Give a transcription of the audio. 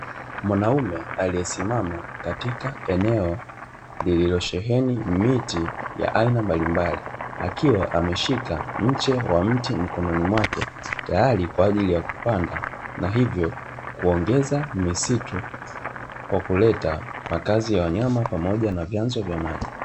Mwanaume aliye simama katika eneo lililo sheheni miti ya aina mbalimbali, akiwa ameshika mche wa mti mkononi mwake tayari kwa ajili ya kupanda na hivyo kuongeza misitu kwa kuleta makazi ya wanyama pamoja na vyanzo vya maji.